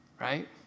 right